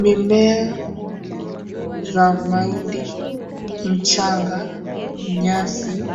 Mimea za mahindi, mchanga, nyasi,